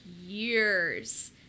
years